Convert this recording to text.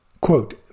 Quote